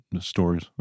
stories